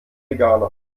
veganer